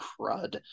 crud